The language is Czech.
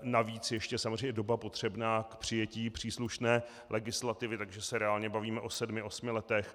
Navíc ještě doba potřebná k přijetí příslušné legislativy, takže se reálně bavíme o sedmi, osmi letech.